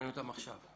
מעניין אותם עכשיו.